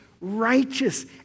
righteous